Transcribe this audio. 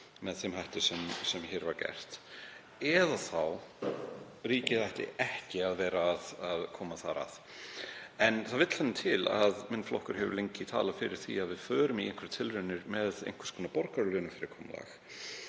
með þeim hætti sem hér var gert, eða þá ætti ríkið ekki að koma þar að. Það vill þannig til að minn flokkur hefur lengi talað fyrir því að við förum í tilraunir með einhvers konar borgaralaunafyrirkomulag